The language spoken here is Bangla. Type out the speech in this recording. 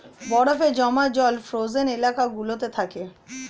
বরফে জমা জল ফ্রোজেন এলাকা গুলোতে থাকে